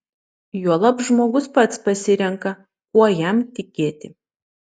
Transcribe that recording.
juolab žmogus pats pasirenka kuo jam tikėti